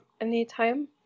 anytime